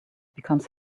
becomes